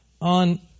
on